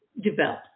develop